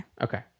Okay